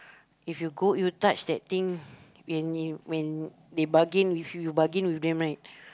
if you go you touch that thing when you when they bargain with you you bargain with them right